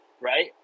Right